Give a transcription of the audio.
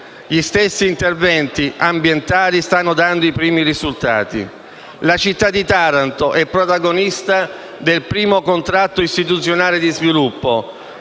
Gli stessi interventi ambientali stanno dando i primi risultati: la città di Taranto è protagonista del primo Contratto istituzionale di sviluppo,